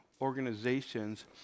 organizations